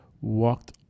walked